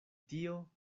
tio